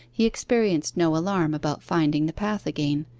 he experienced no alarm about finding the path again,